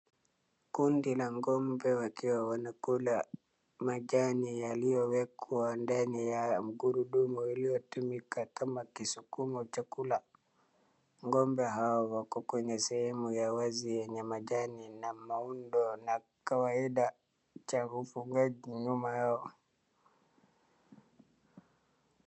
Kundi la ng'ombe wakiwa wanakula majani yaliyowekwa ndani ya gurudumu iliyotumika kama kisukumo chakula. Ng'ombe hao wako kwenye sehemu ya wazi yenye majani na maundo na kawaida cha ufugaji nyuma yao.